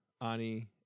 Ani